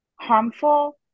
harmful